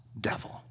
devil